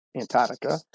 Antarctica